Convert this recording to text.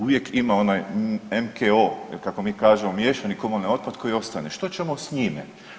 Uvijek ima onaj MKO ili kako mi kažemo miješani komunalni otpad koji ostane, što ćemo s njime?